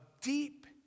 deep